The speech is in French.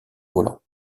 volant